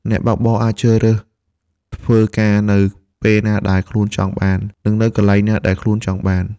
អ្នកបើកបរអាចជ្រើសរើសធ្វើការនៅពេលណាដែលខ្លួនចង់បាន និងនៅកន្លែងណាដែលខ្លួនចង់បាន។